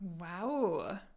Wow